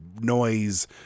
noise